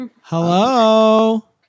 Hello